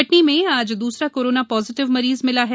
कटनी में आज दूसरा कोरोना पॉजिटिव मरीज मिला है